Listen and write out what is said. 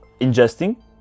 ingesting